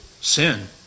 Sin